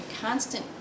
constant